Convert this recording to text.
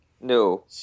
No